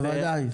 בוודאי.